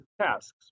tasks